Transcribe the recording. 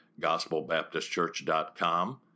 gospelbaptistchurch.com